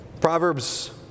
Proverbs